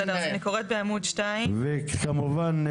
וכמובן,